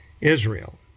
Israel